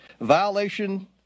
violation